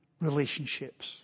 relationships